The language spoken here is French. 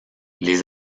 les